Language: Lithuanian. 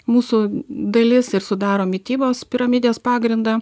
mūsų dalis ir sudaro mitybos piramidės pagrindą